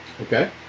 Okay